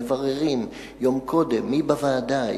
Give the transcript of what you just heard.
מבררים יום קודם מי בוועדה,